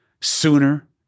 sooner